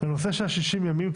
לנושא 60 הימים,